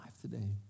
today